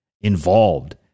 involved